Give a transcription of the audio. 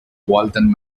walton